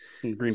Green